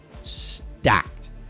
stacked